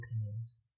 opinions